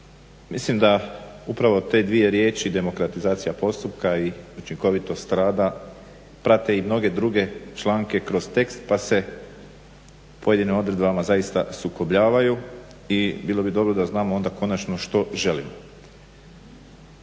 Mislim da upravo te dvije riječi demokratizacija postupka i učinkovitost rada prate i mnoge druge članke kroz tekst, pa se pojedinim odredbama zaista sukobljavaju i bilo bi dobro da znamo onda konačno što želimo.